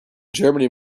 germany